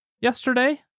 yesterday